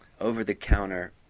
over-the-counter